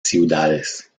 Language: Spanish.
ciudades